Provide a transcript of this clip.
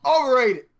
Overrated